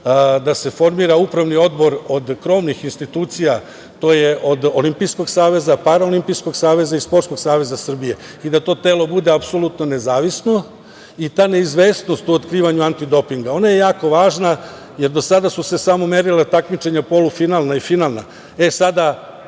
da se formira upravni odbor od krovnih institucija, to je od Olimpijskog saveza, Paraolimpijskog saveza i Sportskog saveza Srbije i da to telo bude apsolutno nezavisno. Ta neizvesnost u otkrivanju antidopinga, ona je jako važna, jer do sada su se samo merila takmičenja polufinalna i finalna.